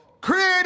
Create